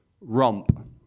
romp